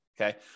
Okay